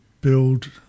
build